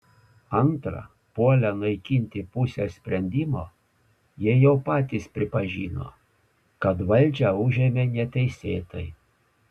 antra puolę naikinti pusę sprendimo jie jau patys pripažino kad valdžią užėmė neteisėtai